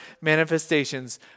manifestations